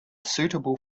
suitable